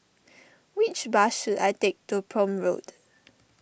which bus should I take to Prome Road